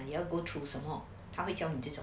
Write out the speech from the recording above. and you will go through 什么他会教你这种